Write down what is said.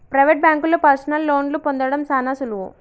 private బాంకుల్లో personal లోన్లు పొందడం సాన సులువు